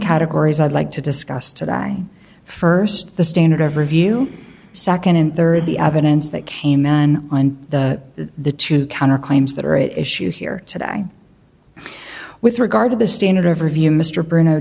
categories i'd like to discuss to die first the standard of review second and third the evidence that came in on the two counter claims that are at issue here today with regard to the standard of review mr bruno